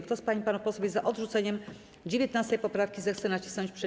Kto z pań i panów posłów jest za odrzuceniem 19. poprawki, zechce nacisnąć przycisk.